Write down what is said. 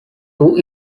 two